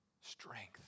strength